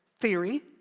theory